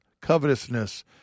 covetousness